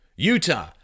Utah